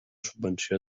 subvenció